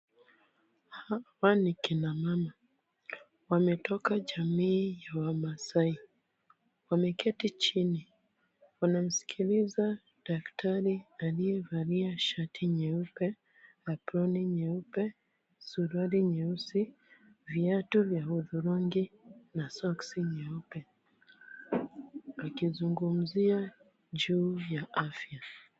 Hapa ni kina mama. Wametoka jamii ya wamaasai. Wameketi chini, wanamsikiliza daktari aliyevalia shati nyeupe, aproni nyeupe, suruali nyeusi, viatu vya hudhurungi na soksi nyeupe, akizungumzia juu ya afya.